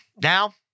now